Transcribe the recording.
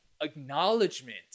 acknowledgement